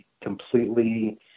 completely